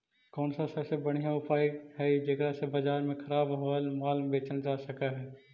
कौन सा सबसे बढ़िया उपाय हई जेकरा से बाजार में खराब होअल माल बेचल जा सक हई?